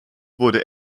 wurde